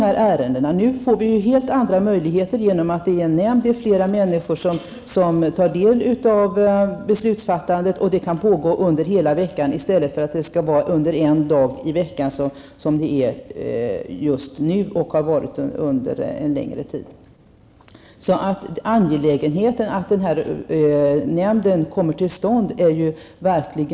Genom att en nämnd inrättas får vi helt andra möjligheter. Flera människor tar då del i beslutsfattandet, och arbetet med dessa saker kan pågå under en hel vecka i stället för under en dag i veckan. Så är det ju just nu, och så har det varit under en längre tid. Det är således verkligen angeläget att den här nämnden kommer till stånd.